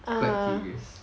quite curious